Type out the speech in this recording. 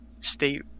state